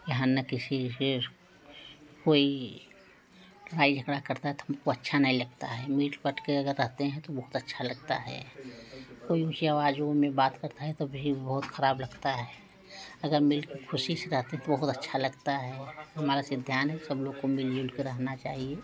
यहाँ ना किसी से कोई लड़ाई झगड़ा करता तो हमको अच्छा नहीं लगता है मिल पट के अगर रहते हैं तो बहुत अच्छा लगता है कोई ऊँची आवाज़ों में बात करता है तो भी बहुत ख़राब लगता है अगर मिलकर ख़ुशी से रहते तो बहुत अच्छा लगता है हमारा सिद्धांत है सब लोग को मिलजुल के रहना चाहिए